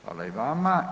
Hvala i vama.